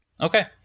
Okay